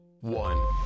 one